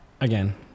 again